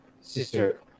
Sister